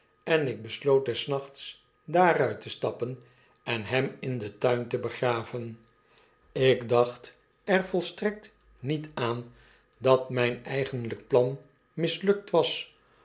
en ik besloot des nachts daaruit te stappen en hem in den tuin te begraven ik dacht er volstrekt niet aan dat myn eigenlyk plan mislukt was